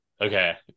Okay